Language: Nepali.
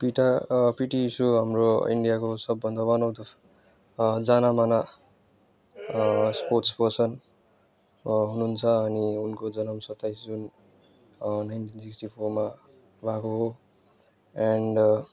पिटा पिटी ऊषु हाम्रो इन्डियाको सबभन्दा वान अफ द जानामाना स्पोट्स पर्सन हुनुहुन्छ अनि उनको जनम सत्ताइस जुन नाइन्टिन सिस्क्टी फोरमा उहाँको एन्ड